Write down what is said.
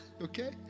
okay